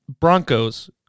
Broncos